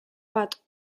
bat